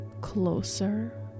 closer